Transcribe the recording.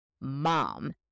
mom